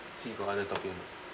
see if got other topic or not